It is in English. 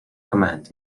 command